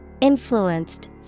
Influenced